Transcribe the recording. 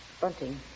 bunting